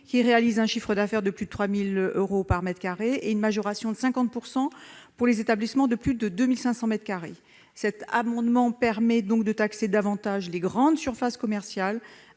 réalisant un chiffre d'affaires de plus de 3 000 euros par mètre carré, et une majoration de 50 % pour les établissements de plus de 2 500 mètres carrés. L'amendement vise donc à permettre de taxer davantage les grandes surfaces commerciales,